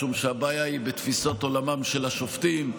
משום שהבעיה היא בתפיסת עולמם של השופטים,